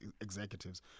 executives